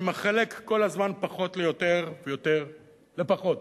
שמחלק כל הזמן פחות ליותר ויותר לפחות,